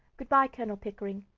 good-bye, colonel pickering.